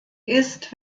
ist